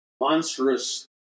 monstrous